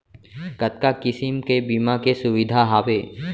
कतका किसिम के बीमा के सुविधा हावे?